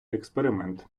експеримент